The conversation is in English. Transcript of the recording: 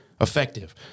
effective